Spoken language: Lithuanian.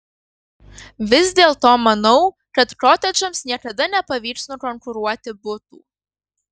vis dėlto manau kad kotedžams niekada nepavyks nukonkuruoti butų